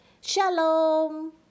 Shalom